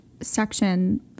section